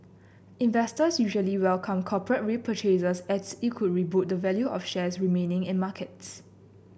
investors usually welcome corporate repurchases as it could boost the value of shares remaining in markets